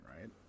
right